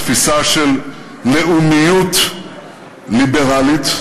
התפיסה של לאומיות ליברלית.